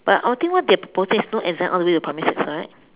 but I think what they are proposing is not exam all the way to primary six right